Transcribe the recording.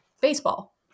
baseball